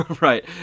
Right